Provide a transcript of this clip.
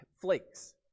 flakes